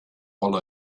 all